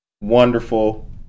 wonderful